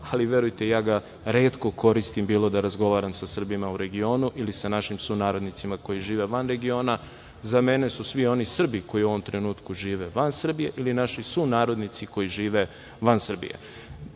ali verujte, ja ga retko koristim, bilo da razgovaram sa Srbima u regioni, ili sa našim sunarodnicima koji žive van regiona, za meni su oni svi Srbi koji u ovom trenutku žive van Srbije, ili naši sunarodnici koji žive van Srbije.U